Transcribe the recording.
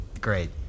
great